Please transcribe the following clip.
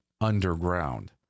underground